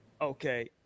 okay